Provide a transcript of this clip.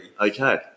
okay